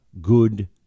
good